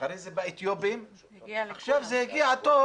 אחרי זה באתיופים ועכשיו הגיע התור